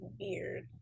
weird